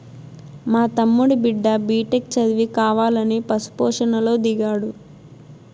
మా తమ్ముడి బిడ్డ బిటెక్ చదివి కావాలని పశు పోషణలో దిగాడు